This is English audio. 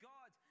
God